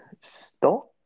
stock